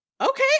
okay